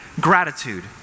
gratitude